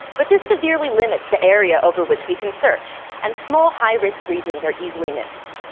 but this severely limits the area over which we can search, and small high-risk regions are easily missed.